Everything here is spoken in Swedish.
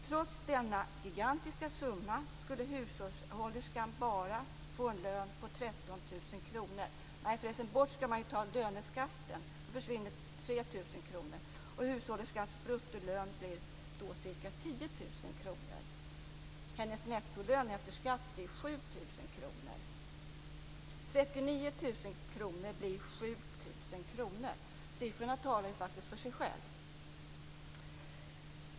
Trots denna gigantiska summa skulle hushållerskan bara få en lön på 13 000 kr. Nej, förresten, man skall ta bort löneskatten. Då försvinner 3 000 kr, och hushållerskans bruttolön blir ca 10 000 kr. Hennes nettolön, efter skatt, blir 7 000 kr. 39 000 kr blir 7 000 kr. Siffrorna talar faktiskt för sig själva.